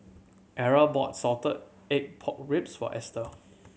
Era bought salted egg pork ribs for Ester